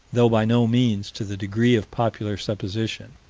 though by no means to the degree of popular supposition.